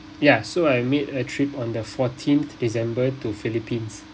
ya so I made a trip on the fourteenth december to philippines